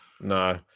No